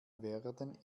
werden